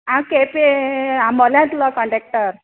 हांव केंपे आंबोल्यातलो कॉण्टॅक्टर